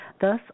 thus